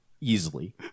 easily